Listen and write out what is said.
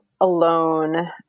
alone